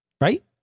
Right